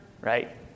Right